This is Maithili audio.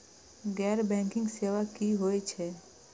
गैर बैंकिंग सेवा की होय छेय?